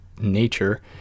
nature